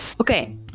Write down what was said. Okay